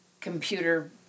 computer